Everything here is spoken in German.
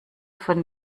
von